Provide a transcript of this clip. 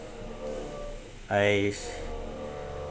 I